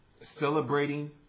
celebrating